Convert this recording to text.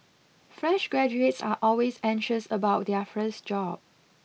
fresh graduates are always anxious about their first job